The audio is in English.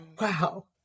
Wow